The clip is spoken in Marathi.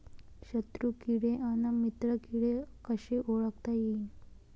शत्रु किडे अन मित्र किडे कसे ओळखता येईन?